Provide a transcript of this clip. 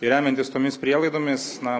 ir remiantis tomis prielaidomis na